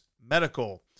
medical